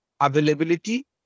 availability